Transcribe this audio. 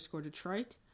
Detroit